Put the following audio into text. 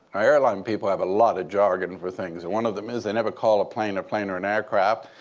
airline people have a lot of jargon for things. one of them is they never call a plane a plane or an aircraft,